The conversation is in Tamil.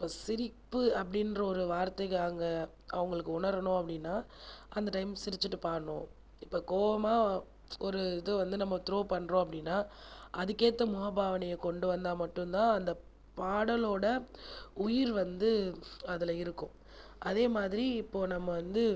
இப்போது சிரிப்பு அப்படின்ற ஒரு வார்த்தைக்கு அங்கே அவர்களுக்கு உணரணும் அப்படின்னா அந்த டைம் சிரிச்சுட்டு பாடணும் இப்போது கோவமாக ஒரு இது நம்ம துரோ பண்ணுறோம் அப்படின்னா அதுக்கு ஏற்ற மாதிரி முகபாவனையே கொண்டு வந்த மட்டும் தான் அந்த பாடலோடய உயிர் வந்து அதில் இருக்கும் அதே மாதிரி இப்போது நம்ம வந்து